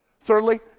Thirdly